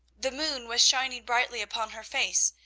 the moon was shining brightly upon her face,